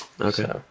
Okay